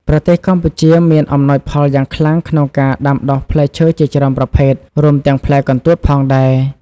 ប្រទេសកម្ពុជាមានអំណោយផលយ៉ាងខ្លាំងក្នុងការដាំដុះផ្លែឈើជាច្រើនប្រភេទ រួមទាំងផ្លែកន្ទួតផងដែរ។